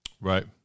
Right